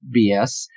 BS